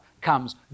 comes